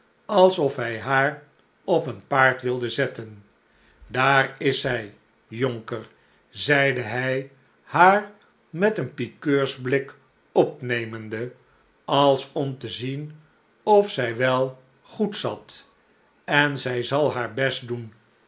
alsof hij haar op een paard wilde zetten daar is zij jonker zeide hij haar met een pikeursblik opnemende als om te zien of zij wel goed zat en zij zal haar best doen